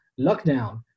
lockdown